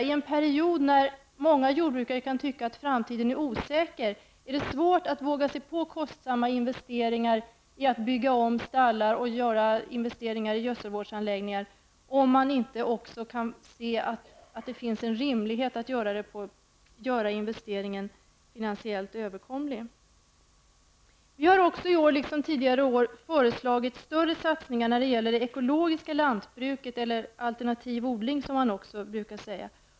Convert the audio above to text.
I en period när många jordbrukare tycker att framtiden är osäker är det svårt att våga sig på kostsamma investeringar, bygga om stallar och göra investeringar i gödselvårdsanläggningar, om man inte också ser att det finns en rimlig möjlighet att göra investeringen finansiellt överkomlig. Vi har i år liksom tidigare år föreslagit större satsningar när det gäller det ekologiska lantbruket, eller alternativ odling, som man också brukar säga.